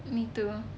me too